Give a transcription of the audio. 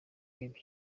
ibyo